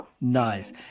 Nice